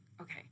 Okay